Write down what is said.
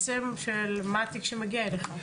מה התיק שמגיע אליך?